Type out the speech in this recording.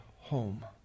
home